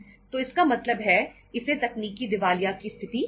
तो इसका मतलब है इसे तकनीकी दिवालिया की स्थिति कहा जाता है